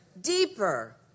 deeper